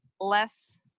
less –